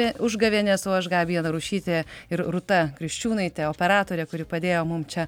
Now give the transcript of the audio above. užgavėnės o aš gabija narušytė ir rūta kriščiūnaitė operatorė kuri padėjo mum čia